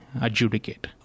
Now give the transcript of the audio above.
adjudicate